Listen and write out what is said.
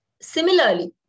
Similarly